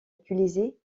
utilisés